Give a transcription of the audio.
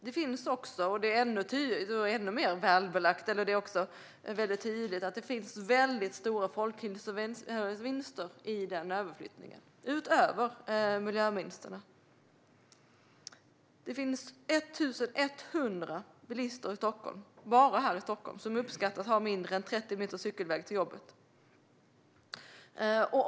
Det finns också, och detta är också väldigt tydligt, stora folkhälsovinster i den överflyttningen, utöver miljövinsterna. Det finns 1 100 bilister bara här i Stockholm som uppskattas ha mindre än 30 minuters cykelväg till jobbet.